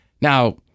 Now